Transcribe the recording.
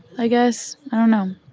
i guess. i don't know.